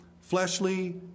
fleshly